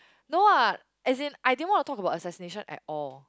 no what as in I didn't want to talk about assassination at all